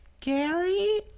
Gary